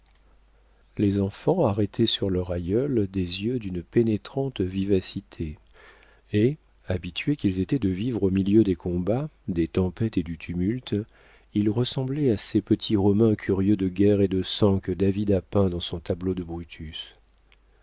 les enfants arrêtaient sur leur aïeul des yeux d'une pénétrante vivacité et habitués qu'ils étaient de vivre au milieu des combats des tempêtes et du tumulte ils ressemblaient à ces petits romains curieux de guerre et de sang que david a peints dans son tableau de brutus